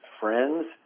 friends